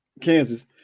Kansas